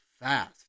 fast